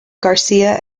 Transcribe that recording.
garcia